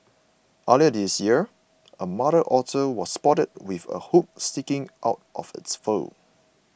earlier this year a mother otter was also spotted with a hook sticking out of its fur